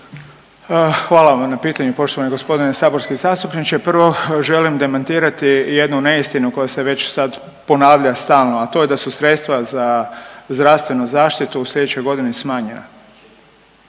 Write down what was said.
Hvala vam na pitanju poštovani gospodine saborski zastupniče. Prvo želim demantirati jednu neistinu koja se već sad ponavlja stalno, a to je da su sredstva za zdravstvenu zaštitu u sljedećoj godini smanjena.